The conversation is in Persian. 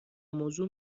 موضوع